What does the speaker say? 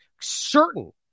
certain